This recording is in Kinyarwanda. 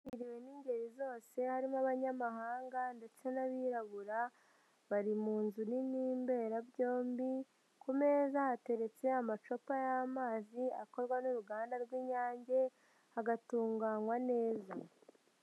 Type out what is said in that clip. Hahuriwe n'ingeri zose harimo abanyamahanga ndetse n'abirabura, bari mu nzu nini mberabyombi, ku meza hateretse amacupa y'amazi akorwa n'uruganda rw'Inyange, agatunganywa neza.